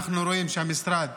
אנחנו רואים שהמשרד